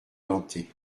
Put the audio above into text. gantée